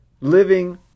living